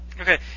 Okay